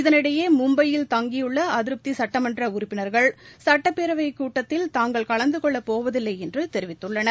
இதனிடையே மும்னபயில் தங்கியுள்ள அதிருப்தி சுட்டமன்ற உறுப்பினர்கள் சுட்டப்பேரவைக் கூட்டத்தில் தாங்கள் கலந்து கொள்ளப் போவதில்லை என்று தெரிவித்துள்ளனர்